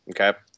Okay